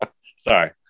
Sorry